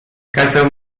kazał